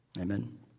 Amen